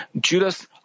Judas